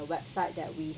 website that we